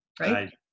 right